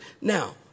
Now